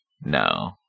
no